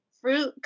fruit